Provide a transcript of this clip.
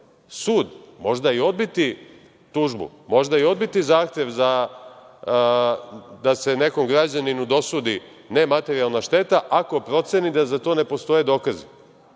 sud možda i odbiti tužbu, možda i odbiti zahtev da se nekom građaninu dosudi nematerijalna šteta ako proceni da za to ne postoje dokazi. Dakle,